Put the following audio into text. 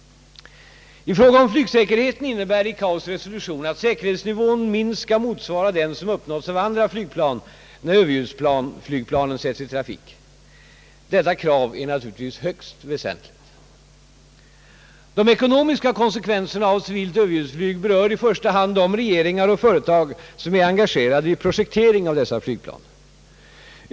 I fråga om flygsäkerheten innebär ICAO:s resolution att säkerhetsnivån minst skall motsvara den som uppnås av andra flygplan när överljudsflygplanen sätts in i trafik. Detta krav är naturligtvis högst väsentligt. De ekonomiska konsekvenserna av civilt överljudsflyg berör i första hand de regeringar och företag som är engagerade i projektering av dessa flygplan.